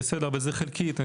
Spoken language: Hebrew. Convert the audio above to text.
בסדר, אבל זה חלקית.